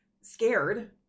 scared